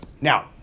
now